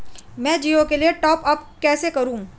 मैं जिओ के लिए टॉप अप कैसे करूँ?